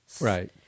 Right